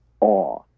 awe